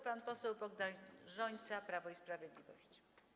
Pan poseł Bogdan Rzońca, Prawo i Sprawiedliwość.